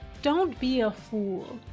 don't be a fool.